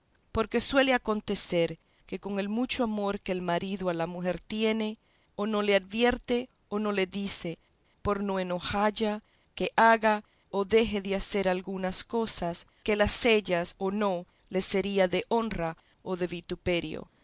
porque suele acontecer que con el mucho amor que el marido a la mujer tiene o no le advierte o no le dice por no enojalla que haga o deje de hacer algunas cosas que el hacellas o no le sería de honra o de vituperio